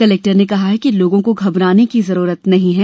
collector ने कहा है कि लोगों को घबराने की जरूरत नहीं है